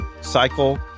cycle